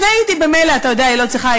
סנאית היא ממילא, אתה יודע, היא לא צריכה.